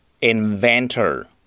Inventor